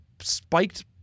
spiked